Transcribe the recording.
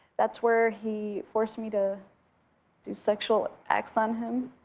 that's where he forced me to do sexual acts on him,